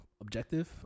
objective